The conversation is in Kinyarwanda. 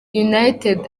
united